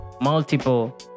multiple